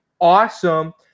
awesome